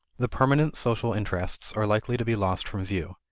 the permanent social interests are likely to be lost from view.